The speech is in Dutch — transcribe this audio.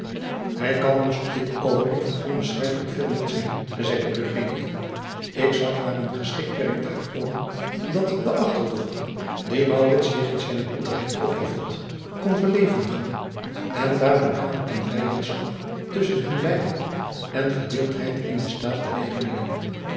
hij kan ons op dit oogenblik van onbeschrijfelijk veel nut zijn zeide eugenio ik zag naar een geschikt werktuig om dat den achterdocht dien maurits jegens zijnen broeder heeft opgevat kon verlevendigen en daardoor haat en vijandschap tusschen hen beiden en verdeeldheid in den staat te weeg brengen